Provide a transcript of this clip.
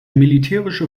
militärische